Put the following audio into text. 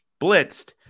blitzed